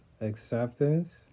acceptance